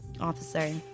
officer